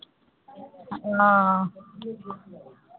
ओ